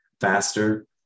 faster